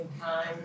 time